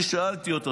אני שאלתי אותו,